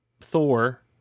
Thor